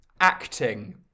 acting